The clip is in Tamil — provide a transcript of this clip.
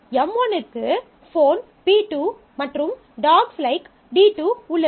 M1 க்கு ஃபோன் P2 மற்றும் dogs likes dogs likes D2 உள்ளது